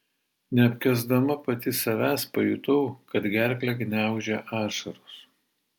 neapkęsdama pati savęs pajutau kad gerklę gniaužia ašaros